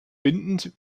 bindend